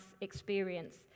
experience